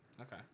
Okay